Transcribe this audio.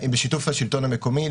בשיתוף השלטון המקומי,